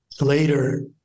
later